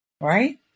right